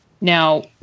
now